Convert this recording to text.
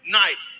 night